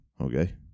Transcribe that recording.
Okay